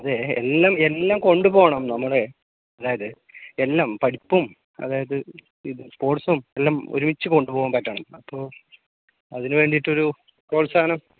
അതെ എല്ലാം എല്ലാം കൊണ്ടു പോകണം നമ്മളെ അതായത് എല്ലാം പഠിപ്പും അതായത് ഇത് സ്പോർട്സും എല്ലാം ഒരുമിച്ചു കൊണ്ടുപോകാൻ പറ്റണം അപ്പോൾ അതിനു വേണ്ടിയിട്ടൊരു പ്രോത്സാഹനം